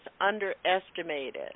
underestimated